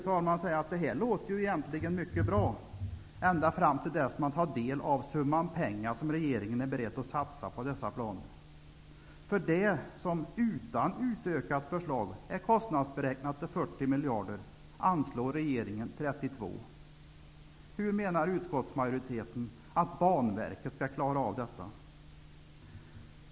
Jag måste säga att det här låter egentligen mycket bra, ända fram till dess att man tar del av den summa pengar som regeringen är beredd att satsa på dessa planer. För det som, utan utökat förslag, är kostnadsberäknat till 40 miljarder anslår regeringen 32 miljarder kronor. Hur menar utskottsmajoriteten att Banverket skall klara av detta?